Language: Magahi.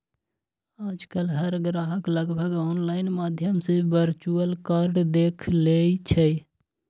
आजकल हर ग्राहक लगभग ऑनलाइन माध्यम से वर्चुअल कार्ड देख लेई छई